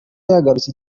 yagarutse